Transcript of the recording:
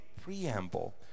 preamble